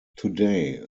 today